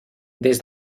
des